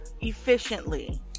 efficiently